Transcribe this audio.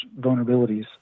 vulnerabilities